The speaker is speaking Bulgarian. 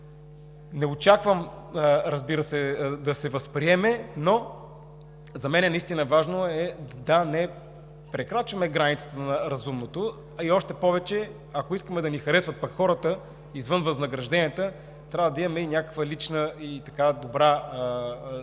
се, да се възприеме, но за мен наистина е важно да не прекрачваме границата на разумното. Още повече, ако искаме да ни харесват пък хората, извън възнагражденията, трябва да имаме и някакъв личен добър пример